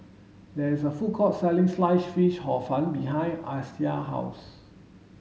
there is a food court selling sliced fish hor fun behind Allyssa house